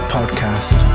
Podcast